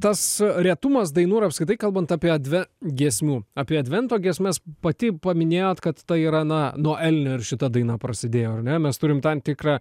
tas retumas dainų ir apskritai kalbant apie adve giesmių apie advento giesmes pati paminėjot kad tai yra na nuo elnio ir šita daina prasidėjo ar ne mes turim tam tikrą